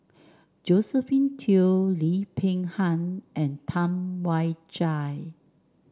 Josephine Teo Lim Peng Han and Tam Wai Jia